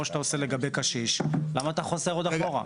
שאתה עושה לגבי קשיש למה אתה חוזר עוד אחורה.